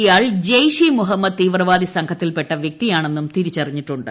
ഇയാൾ ജെയിഷ് ഇ മുഹമ്മദ് തീവ്രവാദി സംഘത്തിൽപെട്ട വ്യക്തിയാണെന്നും തിരിച്ചറിഞ്ഞിട്ടുണ്ട്